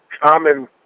common